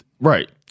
Right